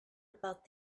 about